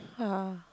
yeah